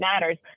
matters